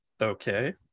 Okay